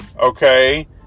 okay